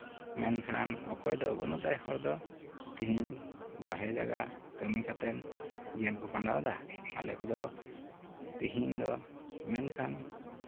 ᱢᱮᱱᱠᱷᱟᱱ ᱚᱠᱚᱭ ᱫᱚ ᱵᱟᱹᱱᱩᱜ ᱛᱟᱭ ᱦᱚᱲᱫᱚ ᱛᱮᱦᱤᱧ ᱵᱟᱦᱨᱮ ᱡᱟᱭᱜᱟ ᱠᱟᱹᱢᱤ ᱠᱟᱛᱮᱫ ᱡᱤᱭᱚᱱ ᱠᱚ ᱠᱷᱟᱱᱰᱟᱣᱫᱟ ᱟᱞᱮ ᱠᱚᱫᱚ ᱛᱮᱦᱤᱧ ᱫᱚ ᱢᱮᱱᱠᱷᱟᱱ